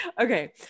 Okay